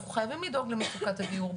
אנחנו חייבים לדאוג למצוקת הדיור,